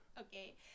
okay